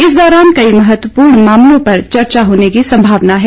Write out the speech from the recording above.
इस दौरान कई महत्वपूर्ण मामलों पर चर्चा होने की संभावना है